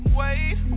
wait